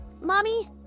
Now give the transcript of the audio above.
Mommy